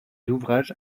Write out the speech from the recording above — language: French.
ouvrages